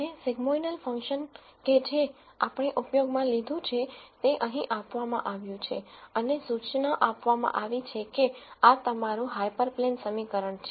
અને sigmoidal function કે જે આપણે ઉપયોગમાં લીધું છે તે અહીં આપવામાં આવ્યું છે અને સૂચના આપવામાં આવી છે કે આ તમારું હાઇપરપ્લેન સમીકરણ છે